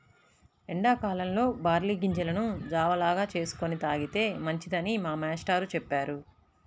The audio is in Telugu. ఎండా కాలంలో బార్లీ గింజలను జావ లాగా చేసుకొని తాగితే మంచిదని మా మేష్టారు చెప్పారు